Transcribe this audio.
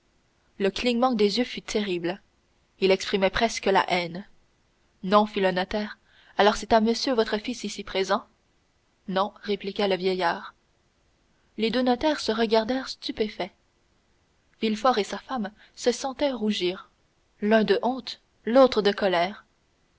le clignement des yeux fut terrible il exprimait presque la haine non fit le notaire alors c'est à monsieur votre fils ici présent non répliqua le vieillard les deux notaires se regardèrent stupéfaits villefort et sa femme se sentaient rougir l'un de honte l'autre de colère